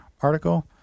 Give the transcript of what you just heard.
article